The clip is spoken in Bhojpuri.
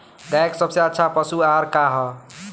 गाय के सबसे अच्छा पशु आहार का ह?